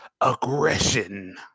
aggression